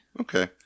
Okay